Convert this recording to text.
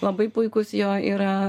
labai puikūs jo yra